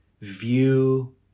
view